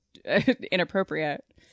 inappropriate